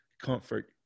comfort